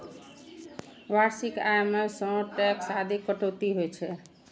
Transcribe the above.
वार्षिक आय मे सं टैक्स आदिक कटौती होइ छै